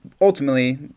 ultimately